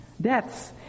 deaths